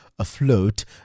afloat